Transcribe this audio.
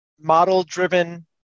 model-driven